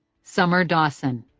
summer dawson.